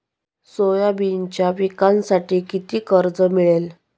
सोयाबीनच्या पिकांसाठी किती कर्ज मिळेल?